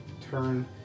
turn